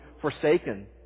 forsaken